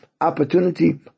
opportunity